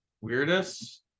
weirdest